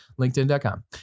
LinkedIn.com